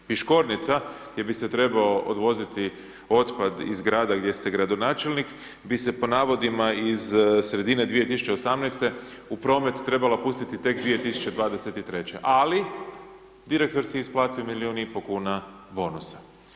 Piškornica gdje bi se trebao odvoziti otpad iz grada gdje ste gradonačelnik bi se po navodima iz sredine 2018. u promet trebala pustiti tek 2023., ali direktor si je isplatio milijun i po kuna bonusa.